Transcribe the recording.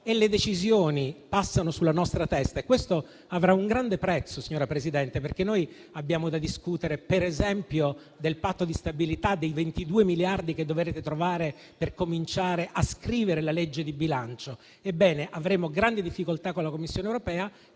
e le decisioni passano sulla nostra testa, questo avrà un grande prezzo, signora Presidente del Consiglio, perché noi abbiamo da discutere, per esempio, del patto di stabilità, dei 22 miliardi che dovrete trovare per cominciare a scrivere la legge di bilancio. Ebbene, avremo grandi difficoltà con la Commissione europea,